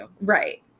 Right